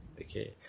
Okay